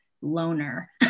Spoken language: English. loner